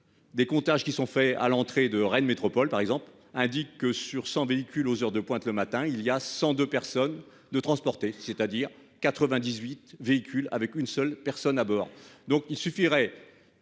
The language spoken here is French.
Des comptages qui sont faits à l'entrée de Rennes métropole par exemple indique que sur 100 véhicules aux heures de pointe le matin il y a 102 personnes de transportées c'est-à-dire 98 véhicules avec une seule personne à bord,